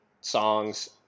songs